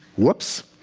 whoops.